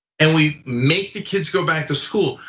and we make the kids go back to school,